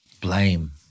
Blame